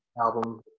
album